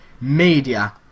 media